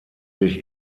sich